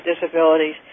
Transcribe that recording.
Disabilities